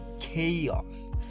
chaos